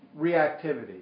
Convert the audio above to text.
reactivity